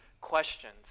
questions